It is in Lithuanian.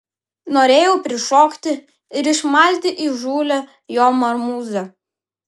norėjau prišokti ir išmalti įžūlią jo marmūzę